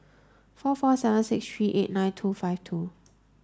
four four seven six three eight nine two five two